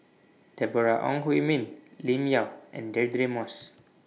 Deborah Ong Hui Min Lim Yau and Deirdre Moss